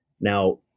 now